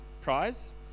prize